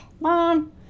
mom